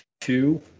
two